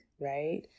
right